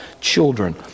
children